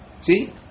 See